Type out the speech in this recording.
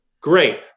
Great